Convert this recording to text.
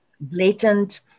blatant